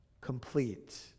complete